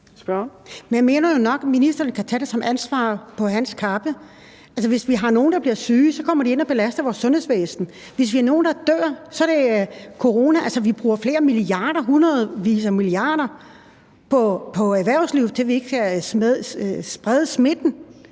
jo nok, at ministeren kan tage ansvaret, tage det på sin kappe. Hvis vi har nogen, der bliver syge, kommer de ind og belaster vores sundhedsvæsen, hvis der er nogen, der dør, så er det af corona. Altså, vi bruger flere milliarder, hundredvis af milliarder på erhvervslivet til, at vi ikke skal sprede smitten,